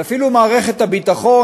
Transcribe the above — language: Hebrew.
ואפילו מערכת הביטחון,